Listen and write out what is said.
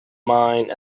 mine